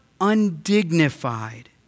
undignified